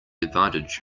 advantage